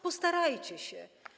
Postarajcie się.